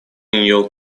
нее